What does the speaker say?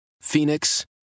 Phoenix